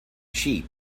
cheap